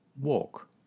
Walk